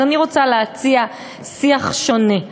אז אני רוצה להציע שיח שונה,